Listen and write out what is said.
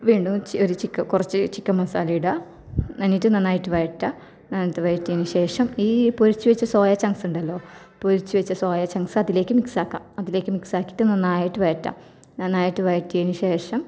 വേണേൽ ചി ഒര് ചിക്ക കുറച്ച് ചിക്കൻ മസാലയിടാം എന്നിട്ട് നന്നായിട്ട് വയറ്റുക അത് വയറ്റിയതിന് ശേഷം ഈ പൊരിച്ച് വച്ച സോയ ചങ്ക്സ് ഉണ്ടല്ലോ പൊരിച്ച് വച്ച സോയ ചങ്ക്സ് അതിലേക്ക് മിക്സാക്കാം അതിലേക്ക് മിക്സാക്കിയിട്ട് നന്നായിട്ട് വഴറ്റുക നന്നായിട്ട് വയറ്റിയതിന് ശേഷം